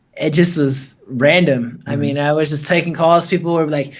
it just was random. i mean i was just taking calls, people were like,